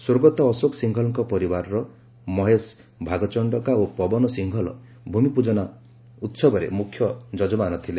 ସ୍ୱର୍ଗତ ଅଶୋକ ସିଂହଲଙ୍କ ପରିବାରର ମହେଶ ଭାଗଚଣ୍ଡକା ଓ ପବନ ସିଂହଲ ଭୂମିପ୍ରଜନ ଉତ୍ସବରେ ମୁଖ୍ୟ ଜଜମାନ ଥିଲେ